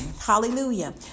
Hallelujah